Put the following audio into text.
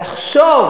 אבל לחשוב